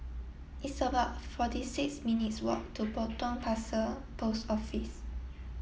it's about forty six minutes' walk to Potong Pasir Post Office